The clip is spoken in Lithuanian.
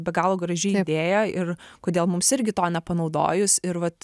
be galo graži idėja ir kodėl mums irgi to nepanaudojus ir vat